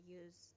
use